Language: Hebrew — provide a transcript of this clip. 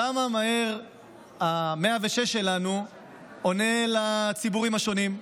כמה מהר 106 שלנו עונה לציבורים השונים,